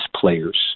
players